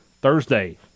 Thursday